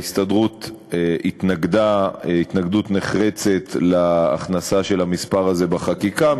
ההסתדרות התנגדה התנגדות נחרצת להכנסה של המספר הזה בחקיקה.